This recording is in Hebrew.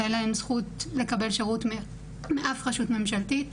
אין להן זכות לקבל שירות מאף רשות ממשלתית,